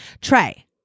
Trey